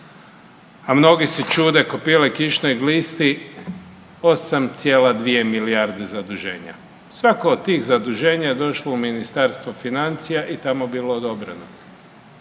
a mnogi se čude ko pile kišnoj glisti 8,2 milijarde zaduženja. Svako od tih zaduženja je došlo u Ministarstvo financija i tamo bilo odobreno.